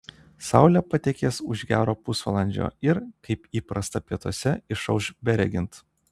saulė patekės už gero pusvalandžio ir kaip įprasta pietuose išauš beregint